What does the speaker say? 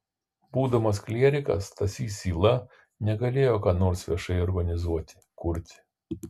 būdamas klierikas stasys yla negalėjo ką nors viešai organizuoti kurti